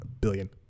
billion